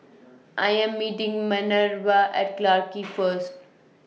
I Am meeting Manervia At Clarke Quay First